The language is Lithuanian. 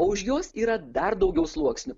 o už jos yra dar daugiau sluoksnių